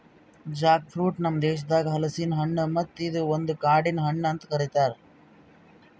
Jack fruit ನಮ್ ದೇಶದಾಗ್ ಹಲಸಿನ ಹಣ್ಣು ಮತ್ತ ಇದು ಒಂದು ಕಾಡಿನ ಹಣ್ಣು ಅಂತ್ ಕರಿತಾರ್